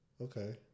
Okay